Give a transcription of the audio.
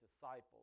disciples